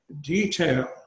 detail